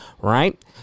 right